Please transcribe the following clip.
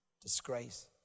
Disgrace